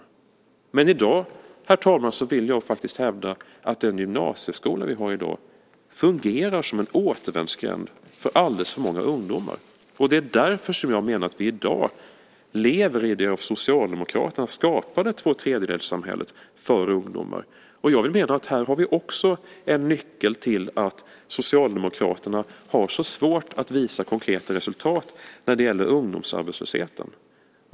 Men i dag, herr talman, vill jag faktiskt hävda att den gymnasieskola vi har fungerar som en återvändsgränd för alldeles för många ungdomar. Det är därför jag menar att vi i dag lever i det av Socialdemokraterna skapade tvåtredjedelssamhället för ungdomar. Jag vill mena att vi också här har en nyckel till att Socialdemokraterna har så svårt att visa konkreta resultat när det gäller ungdomsarbetslösheten.